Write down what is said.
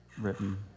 written